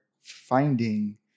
finding